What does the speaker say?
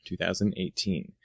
2018